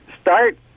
start